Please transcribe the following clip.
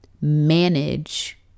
manage